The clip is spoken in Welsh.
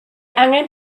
angen